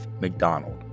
McDonald